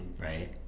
right